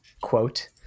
quote